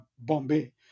Bombay